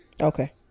Okay